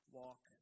walk